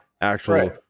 actual